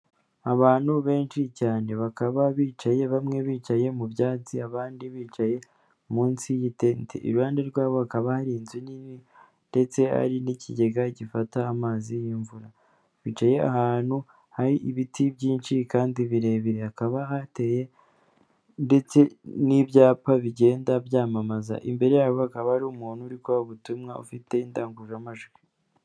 Abantu benshi cyane bakaba bicaye, bamwe bicaye mu byatsi abandi bicaye munsi y' itente. Iruhande rwabo bakaba hari inzu nini ndetse hari n'ikigega gifata amazi y'imvura. Bicaye ahantu hari ibiti byinshi kandi birebire. Hakaba hateye ndetse n'ibyapa bigenda byamamaza. Imbere yabo hakaba hari umuntu uri kubaha ubutumwa, ufite indangururamajwi.